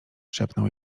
szepnął